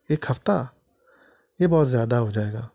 ایک ہفتہ یہ بہت زیادہ ہو جائے گا